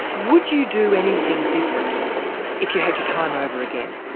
would you do anything different if you had your time over again,